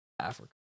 Africa